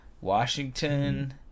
washington